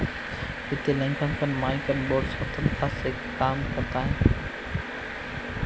वित्तीय लेखांकन मानक बोर्ड स्वतंत्रता से काम करता है